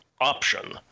option